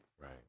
Right